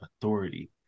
authority